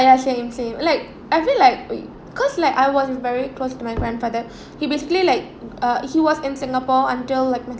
ya same same like I feel like cause like I was very close to my grandfather he basically like uh he was in singapore until like my